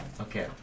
Okay